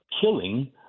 killing